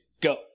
Go